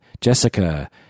Jessica